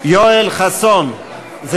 יואל חסון,